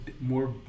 more